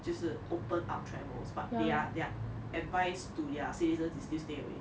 就是 open up travels but they are they are advised to their citizens is still stay away